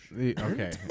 okay